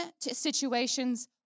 situations